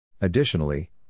Additionally